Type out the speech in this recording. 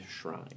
shrine